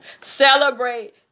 Celebrate